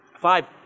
Five